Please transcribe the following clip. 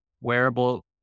wearable